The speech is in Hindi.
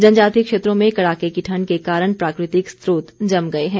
जनजातीय क्षेत्रों में कड़ाके की ठण्ड के कारण प्राकृतिक स्रोत जम गए हैं